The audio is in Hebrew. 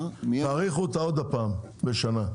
שתאריכו אותה עוד פעם בשנה.